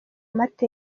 mateka